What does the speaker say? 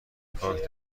پارک